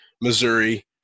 Missouri